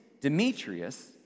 Demetrius